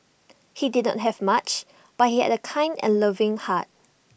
he did not have much but he had A kind and loving heart